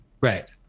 Right